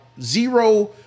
zero